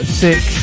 six